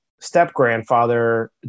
step-grandfather